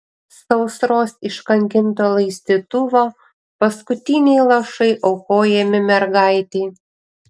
sausros iškankinto laistytuvo paskutiniai lašai aukojami mergaitei